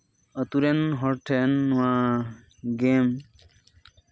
ᱟᱹᱛᱩ ᱨᱮᱱ ᱦᱚᱲ ᱴᱷᱮᱱ ᱱᱚᱣᱟ ᱜᱮᱢ